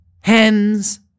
hens